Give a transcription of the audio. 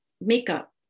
makeup